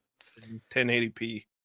1080p